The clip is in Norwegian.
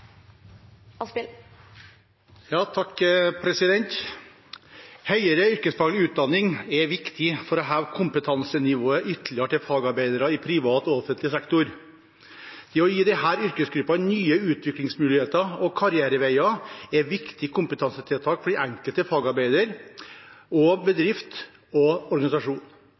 å heve kompetansenivået ytterligere til fagarbeidere i privat og offentlig sektor. Det å gi disse yrkesgruppene nye utviklingsmuligheter og karriereveier er viktige kompetansetiltak for den enkelte fagarbeider, bedrift og organisasjon.